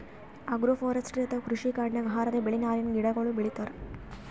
agroforestry ಅಥವಾ ಕೃಷಿ ಕಾಡಿನಾಗ್ ಆಹಾರದ್ ಬೆಳಿ, ನಾರಿನ್ ಗಿಡಗೋಳು ಬೆಳಿತಾರ್